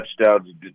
touchdowns